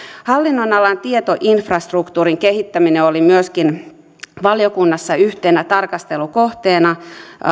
hallinnonalan tietoinfrastruktuurin kehittäminen oli myöskin valiokunnassa yhtenä tarkastelukohteena